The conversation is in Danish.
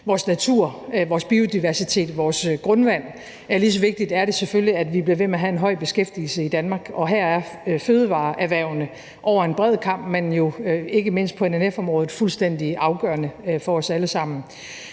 vores natur, vores biodiversitet og vores grundvand, lige så vigtigt er det selvfølgelig, at vi bliver ved med at have en høj beskæftigelse i Danmark, og her er fødevareerhvervene over en bred kam, men jo ikke mindst på NNF-området, fuldstændig afgørende for os alle sammen.